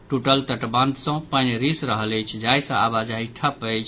टूटल तटबान्ह सँ पानि रिस रहल अछि जाहि सँ आवाजाही ठप अछि